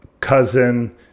cousin